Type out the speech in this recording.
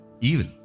Evil